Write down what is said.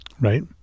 Right